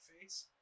face